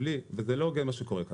בלי, וזה לא הוגן מה שקורה כאן.